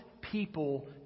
people